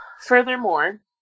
furthermore